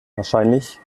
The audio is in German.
wahrscheinlich